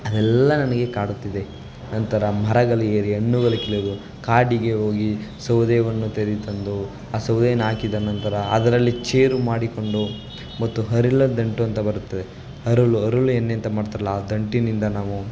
ಅದೆಲ್ಲಾ ನನಗೆ ಕಾಡುತ್ತಿದೆ ನಂತರ ಮರಗಳೇರಿ ಹಣ್ಣುಗಳು ಕೀಳೋದು ಕಾಡಿಗೆ ಹೋಗಿ ಸೌದೆಯನ್ನು ತರು ತಂದು ಆ ಸೌದೆಯನ್ನು ಹಾಕಿದ ನಂತರ ಅದರಲ್ಲಿ ಚೇರು ಮಾಡಿಕೊಂಡು ಮತ್ತು ಹರಿಲದಂಟು ಅಂತ ಬರತ್ತದೆ ಹರಳು ಹರಳು ಎಣ್ಣೆ ಅಂತ ಮಾಡ್ತಾರಲ್ಲ ಆ ದಂಟಿನಿಂದ ನಾವು